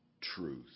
truth